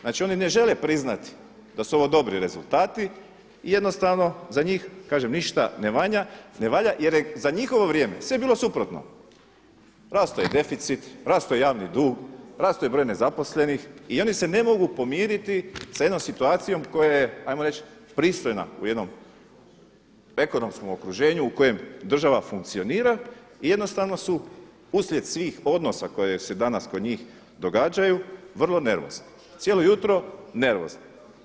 Znači oni ne žele priznati da su ovo dobri rezultati i jednostavno za njih kažem ništa ne valja jer je za njihovo vrijeme sve bilo suprotno, rastao je deficit, rastao je javni dug, rastao je broj nezaposlenih i oni se ne mogu pomiriti sa jednom situacijom koja je 'ajmo reći pristojna u jednom ekonomskom okruženju u kojem država funkcionira i jednostavno su uslijed svih odnosa koji se danas kod njih događaju vrlo nervozni, cijelo jutro nervozni.